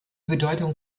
bedeutung